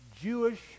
Jewish